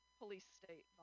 police-state